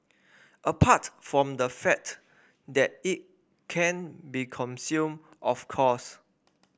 apart from the fat that it can't be consumed of course